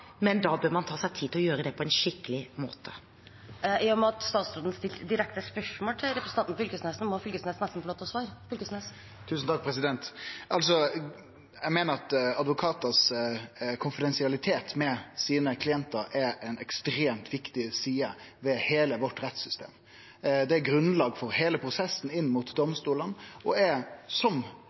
men da bør man ta seg tid til å gjøre det på en skikkelig måte. I og med at statsråden stilte direkte spørsmål til representanten Fylkesnes, må Fylkesnes få lov til å svare. Eg meiner at den konfidensialiteten advokatar har med klientane sine, er ei ekstremt viktig side ved heile rettssystemet vårt. Det er grunnlag for heile prosessen inn mot domstolane og er